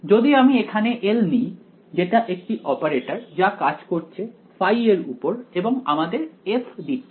যদি আমি এখানে L নিই যেটা একটি অপারেটর যা কাজ করছে ϕ এর উপর এবং আমাদের f দিচ্ছে